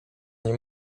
nie